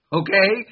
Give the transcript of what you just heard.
okay